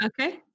Okay